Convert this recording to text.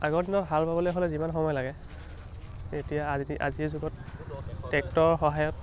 আগৰ দিনত হাল বাবলে হ'লে যিমান সময় লাগে এতিয়া আজিৰ যুগত ট্ৰেক্টৰৰ সহায়ত